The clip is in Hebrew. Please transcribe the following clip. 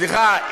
סליחה,